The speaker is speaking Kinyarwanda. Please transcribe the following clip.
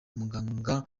umuganga